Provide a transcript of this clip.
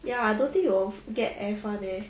ya I don't think you will get F [one] leh